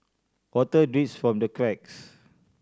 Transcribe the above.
water drips from the cracks